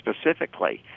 specifically